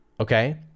okay